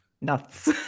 nuts